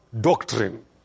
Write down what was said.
doctrine